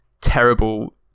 terrible